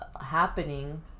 happening